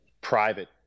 private